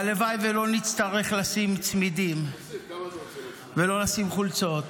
הלוואי ולא נצטרך לשים צמידים ולא לשים חולצות,